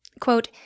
Quote